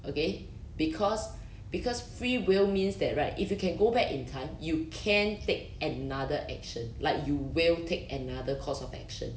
okay because because free will means that right if you can go back in time you can take another action like you will take another course of action